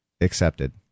accepted